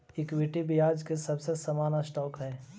equity ब्याज के सबसे सामान्य स्टॉक हई